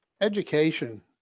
Education